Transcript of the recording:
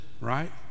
right